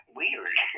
weird